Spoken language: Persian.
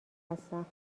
هستم